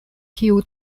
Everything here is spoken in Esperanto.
kiu